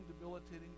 debilitating